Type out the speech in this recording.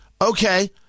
Okay